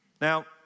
Now